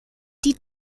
die